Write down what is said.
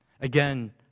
Again